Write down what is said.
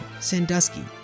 Sandusky